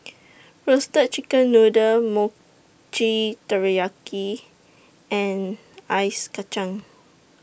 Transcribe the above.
Roasted Chicken Noodle Mochi Taiyaki and Ice Kachang